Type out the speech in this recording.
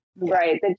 Right